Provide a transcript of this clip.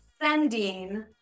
sending